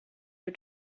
you